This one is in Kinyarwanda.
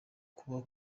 kuba